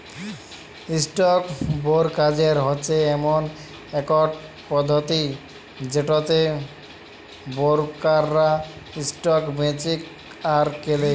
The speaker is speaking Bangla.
ইসটক বোরকারেজ হচ্যে ইমন একট পধতি যেটতে বোরকাররা ইসটক বেঁচে আর কেলে